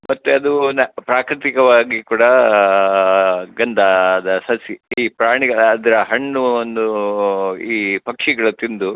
ಮತ್ತು ಅದು ನಾ ಪ್ರಾಕೃತಿಕವಾಗಿ ಕೂಡ ಗಂಧದ ಸಸಿ ಈ ಪ್ರಾಣಿಗಳ ಅದರ ಹಣ್ಣು ಒಂದು ಈ ಪಕ್ಷಿಗಳು ತಿಂದು